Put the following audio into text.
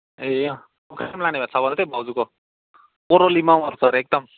ए अँ कुखुरा पनि लाने भए छ भन्दै थियो है भाउजूको कोरोली माउहरू छ अरे एकदम